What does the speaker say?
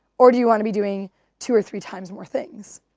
or do you want to be doing two or three times more things?